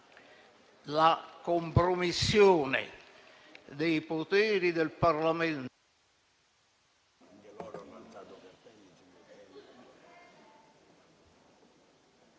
la compromissione dei poteri del Parlamento...